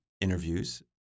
interviews